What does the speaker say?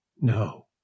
No